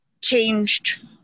changed